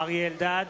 אריה אלדד,